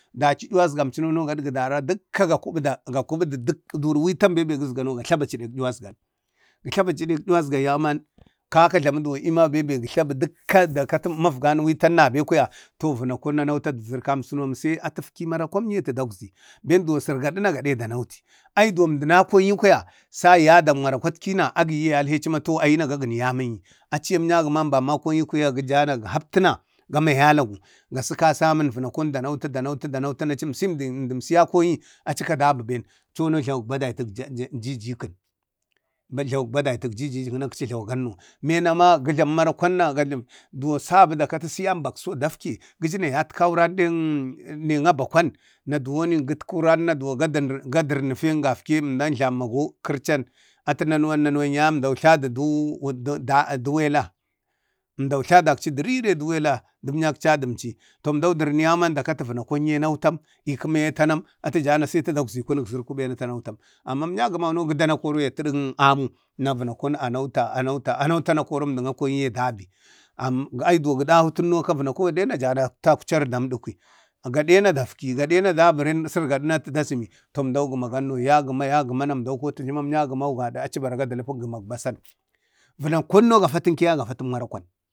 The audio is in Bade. Dachi yuwasgam cuno gaɗg dara dukka ga kuɓu duk duri witan bembe gazgo ga jlaɓuci ɗek yuwasgau. Gə tlabachi dek yuwasgau yauman kaka jlamudu duwon iman gi gatlatudu dukka mafgan witan nabe kwaya to vənakon naa notari zarkam sunom sai atu ekfi i marakwakom ye atu tagzi, ben duwo sirgaduna gade, agi duwon əmdən akoŋi kwaya si yadak marakwatkina agi yalhechi ma to ayi na gagani amamuji. Achiye amaŋyagəman akonina gəjana ga hapti na gabzi amu nek vanakow gama da nauti da noti na əmdəm akoniye acika gama dabi ben emcoma jlawak bade, jlawak badayait jaken ga jlawag anmo. Nen ma gəmu marakwanna duwon sabu da kati siyan bakso emso dakfe gəjənə dekfen ɗe kəma kərcan atu nanawan ananwaya dəmma vənakon a nautam. irin əmdo akchi jadu də wela də əmnyak chadim ci. To emdu dərna yauman da kati vənakou ye anotam atu jana da kati a nautam, i akoye agwzam. Atə jana sai atu dagzi kunuk zarka be na a nautam. Amma əmnyagaman no gədana ya təɗən amu, vərakon anauta, anautane koro na əmaŋ akoni ye dabi da agi duwo gə dahu fini vənakou gaɗe akucaru damdukwi gadi na dakfi gaɗene dabi səngadənna atu da zəmi to edau gumagamno ya gəma ya gəma, ya gəma yauman yabak dələpə gəmak basan. Haɗau amdau da kotici əmnyagəman, gada aci baraga gəmak basan. Vəna kono gafatanke yaye gadatən marakwan.